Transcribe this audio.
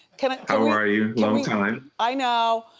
kind of how are you, long time. i know,